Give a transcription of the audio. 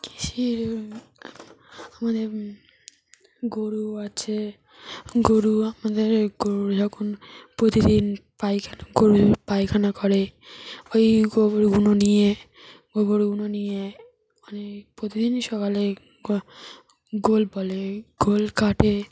কৃষির আমাদের গরু আছে গরু আমাদের গরু যখন প্রতিদিন পায়খানা গরু পায়খানা করে ওই গোবরগুলো নিয়ে গোবরগুলো নিয়ে মানে প্রতিদিনই সকালে গোল বলে গোল কাটে